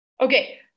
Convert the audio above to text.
Okay